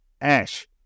Ash